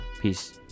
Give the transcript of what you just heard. Peace